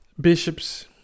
bishops